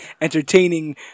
entertaining